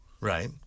Right